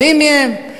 יודעים מי הם,